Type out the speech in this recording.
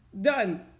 done